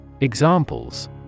Examples